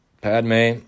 Padme